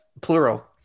plural